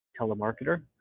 telemarketer